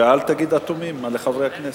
ואל תגיד "אטומים" לחברי הכנסת.